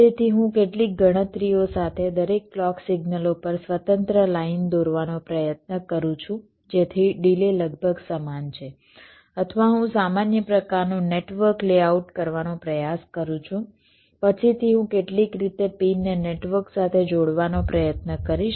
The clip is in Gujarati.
તેથી હું કેટલીક ગણતરીઓ સાથે દરેક ક્લૉક સિગ્નલો પર સ્વતંત્ર લાઈન દોરવાનો પ્રયત્ન કરું છું જેથી ડિલે લગભગ સમાન છે અથવા હું સામાન્ય પ્રકારનું નેટવર્ક લેઆઉટ કરવાનો પ્રયાસ કરું છું પછીથી હું કેટલીક રીતે પિનને નેટવર્ક સાથે જોડવાનો પ્રયત્ન કરીશ